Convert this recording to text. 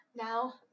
now